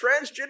transgender